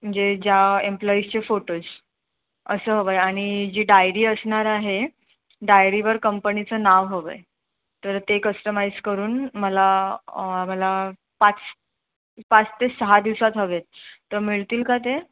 मंहणजे ज्या एम्प्लॉईजचे फोटोज असं हवं आहे आणि जी डायरी असणार आहे डायरीवर कंपणीचं नाव हवं आहे तर ते कस्टमाईज करून मला मला पाच पाच ते सहा दिवसात हवे आहेत तर मिळतील का ते